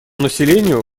населению